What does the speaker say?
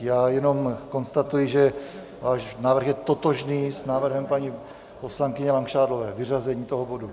Já jenom konstatuji, že váš návrh je totožný s návrhem paní poslankyně Langšádlové vyřazení toho bodu.